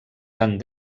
tant